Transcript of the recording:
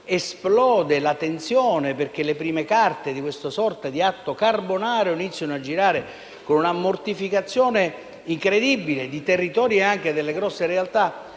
esplode la tensione perché le prime carte di questa sorta di atto carbonaro iniziano a girare, con una mortificazione incredibili di territori e anche di grandi realtà